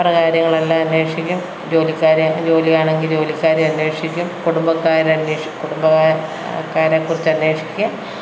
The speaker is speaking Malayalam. പറഞ്ഞ കാര്യങ്ങളെല്ലാം അന്വേഷിക്കും ജോലികാര്യങ്ങൾ ജോലി ആണെങ്കിൽ ജോലി കാര്യം അന്വേഷിക്കും കുടുംബക്കാര് അന്വേഷിക്കും കുടുംബ ആൾക്കാരെ കുറിച്ച് അന്വേഷിക്കും